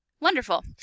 Wonderful